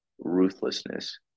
ruthlessness